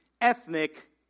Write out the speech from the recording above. ethnic